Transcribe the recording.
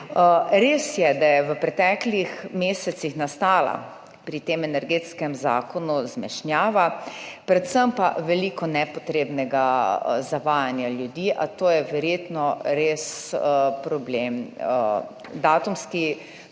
Res je, da je v preteklih mesecih nastala pri tem energetskem zakonu zmešnjava, predvsem pa veliko nepotrebnega zavajanja ljudi, a to je verjetno res datumski